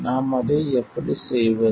நாம் அதை எப்படி செய்வது